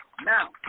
Now